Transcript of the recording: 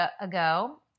ago